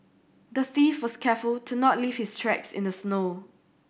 the thief was careful to not leave his tracks in the snow